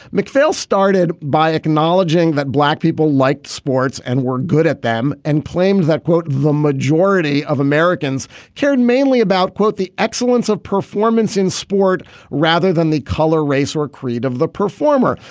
macphail started by acknowledging that black people liked sports and were good at them and claims that quote the majority of americans cared mainly about quote the excellence of performance in sport rather than the color race or creed of the performer.